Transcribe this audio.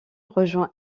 rejoint